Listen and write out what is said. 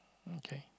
okay